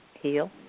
heal